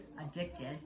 addicted